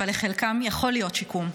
אבל לחלקם יכול להיות שיקום.